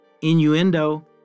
innuendo